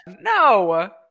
No